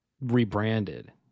rebranded